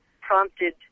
prompted